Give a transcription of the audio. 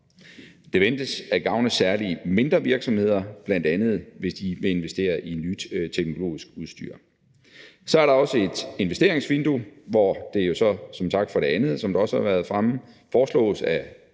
Det ventes at gavne særlig mindre virksomheder, bl.a., hvis de vil investere i nyt teknologisk udstyr. Så er der også et investeringsvindue, hvor det som sagt for det andet, som det også har været fremme, foreslås at